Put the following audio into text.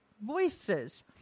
Voices